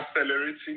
accelerating